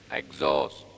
exhaust